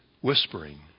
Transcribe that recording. whispering